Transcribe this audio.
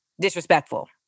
disrespectful